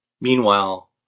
Meanwhile